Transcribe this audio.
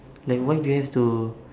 like why do you have to